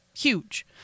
Huge